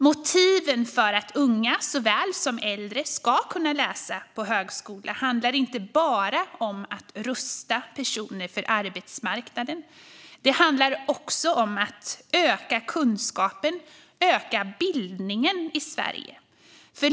Motivet för att unga såväl som äldre ska kunna läsa på högskola handlar inte bara om att rusta personer för arbetsmarknaden. Det handlar också om att öka kunskap och bildning i Sverige.